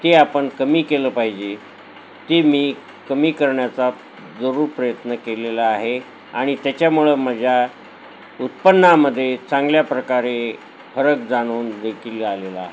ते आपण कमी केलं पाहिजे ते मी कमी करण्याचा जरूर प्रयत्न केलेला आहे आणि त्याच्यामुळं माझ्या उत्पन्नामध्ये चांगल्या प्रकारे फरक जाणून देखील आलेला